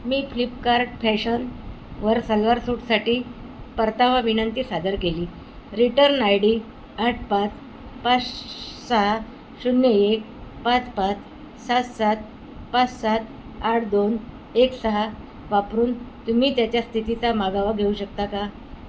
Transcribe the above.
मी Flipkart fashion वर सलवार सूटसाठी परतावा विनंती सादर केली रिटर्न आय डी आठ पाच पाच सहा शून्य एक पाच पाच सात सात पाच सात आठ दोन एक सहा वापरून तुम्ही त्याच्या स्थितीचा मागोवा घेऊ शकता का